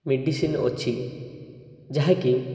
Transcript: medicine ଅଛି ଯାହାକି